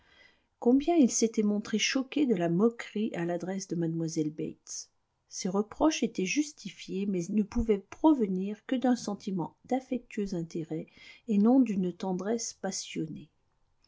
combien il s'était montré choqué de la moquerie à l'adresse de mlle bates ces reproches étaient justifiés mais ne pouvaient provenir que d'un sentiment d'affectueux intérêt et non d'une tendresse passionnée